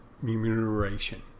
remuneration